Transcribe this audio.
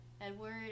Edward